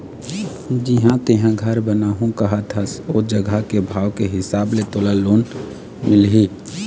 जिहाँ तेंहा घर बनाहूँ कहत हस ओ जघा के भाव के हिसाब ले तोला लोन मिलही